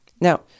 Now